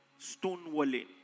Stonewalling